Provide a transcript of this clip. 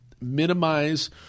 minimize